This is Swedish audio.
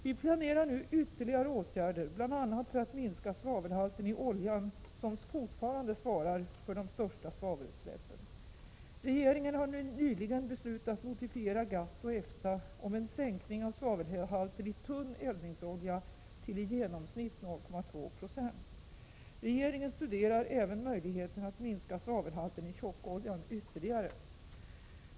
Vi planerar nu ytterligare åtgärder, bl.a. för att minska svavelhalten i oljan som fortfarande svarar för de största svavelutsläppen. Regeringen har nyligen beslutat notifiera GATT och EFTA om en sänkning av svavelhalten i tunn eldningsolja till i genomsnitt 0,2 26. Regeringen studerar även möjligheten att minska svavelhalten i tjockoljan ytterligare.